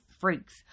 freaks